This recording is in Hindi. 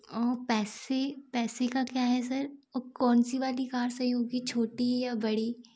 और पैसे पैसे का क्या है सर और कौन सी वाली कार सही होगी छोटी या बड़ी